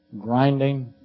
grinding